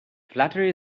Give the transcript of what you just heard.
flattery